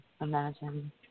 imagine